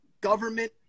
government